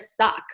suck